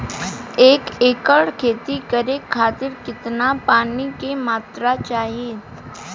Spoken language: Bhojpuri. एक एकड़ खेती करे खातिर कितना पानी के मात्रा चाही?